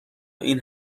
این